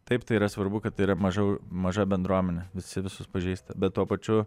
taip tai yra svarbu kad yra mažiau maža bendruomenė visi visus pažįsta bet tuo pačiu